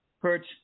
Perch